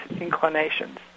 inclinations